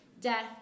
death